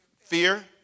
Fear